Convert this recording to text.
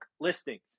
listings